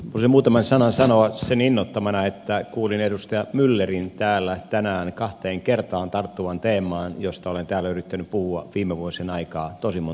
haluaisin muutaman sanan sanoa sen innoittamana kun kuulin edustaja myllerin täällä tänään kahteen kertaan tarttuvan teemaan josta olen täällä yrittänyt puhua viime vuosien aikaan tosi monta kertaa